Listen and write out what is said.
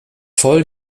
voll